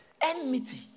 enmity